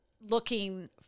looking